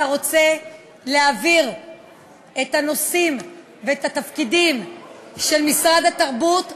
אתה רוצה להעביר את הנושאים ואת התפקידים של משרד התרבות לרשות,